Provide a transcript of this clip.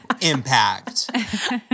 impact